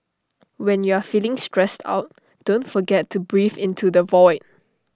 when you are feeling stressed out don't forget to breathe into the void